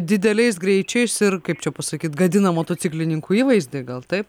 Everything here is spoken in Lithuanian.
dideliais greičiais ir kaip čia pasakyt gadina motociklininkų įvaizdį gal taip